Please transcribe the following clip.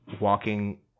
walking